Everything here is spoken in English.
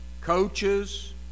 coaches